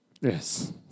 Yes